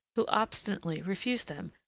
who obstinately refused them,